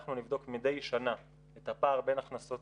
אנחנו נבדוק מדי שנה את הפער בין הכנסות